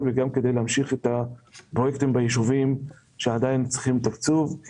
וגם כדי להמשיך את הפרויקטים ביישובים שעדיין צריכים תקצוב.